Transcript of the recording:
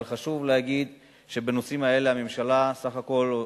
אבל חשוב להגיד שבנושאים האלה הממשלה, סך הכול,